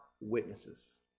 witnesses